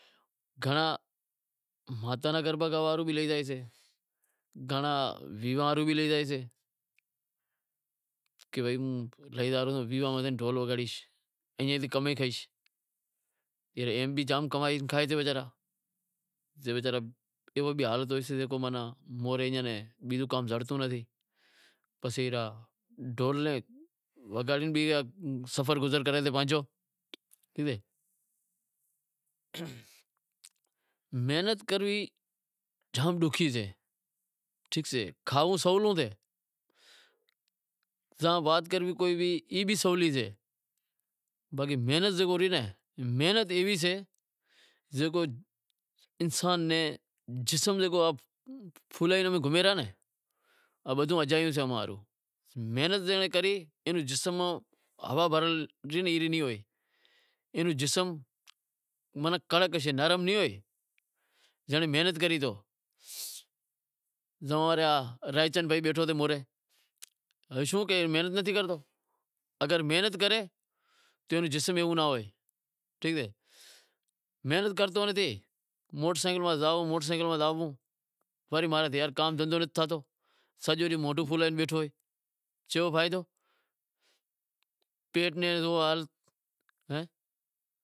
گھنڑا ویواہ ہاروں بھی لئی زاشیں، ایم تھی کمائیش، ایم میں بھی جام کمائی تھئے تی وساراں ناں موڑیاں میں بیزو کام زڑتو نتھی، ایئے ماں بھی زام کمائی تھے تی، پسے ایئے را ڈھول سیں بھی سفر گزر کریں تا پانجو، محنت کرنڑی ڈوکھی سے، کھائنڑ سولو سے، وات کرنڑ بھی سولی سے، محنت ایوی سے کہ انسان ماناں زکے محنت کری اہئے رو جسم کڑک ہوشے، نرم نیں ہوئے، زائوں را رائیچند بھائی بیٹھو سے مورے، شوں کہ ای محنت نتھی کرتو، اگر محنت کرے تو اینوں جسم ایوو ناں ہوئے، ٹھیک سے محنت کرتو نتھی، موٹر سینکل ماتھے آنوڑو موٹر سینکل ماتھے زانڑو بس ایم تھی کام دہندہو نتھی تھیتو، ایویں بیٹھو اے، پیٹ نیں زو حال۔